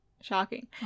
Shocking